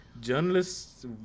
Journalists